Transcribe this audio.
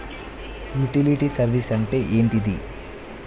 Utility service అంటే ఏంటిది?